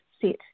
sit